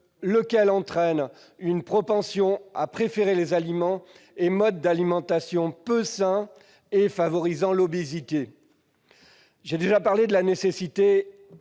lequel entraîne une propension à préférer les aliments et modes d'alimentation peu sains et favorisant l'obésité. J'ai déjà souligné qu'il